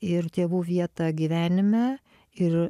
ir tėvų vietą gyvenime ir